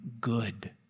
good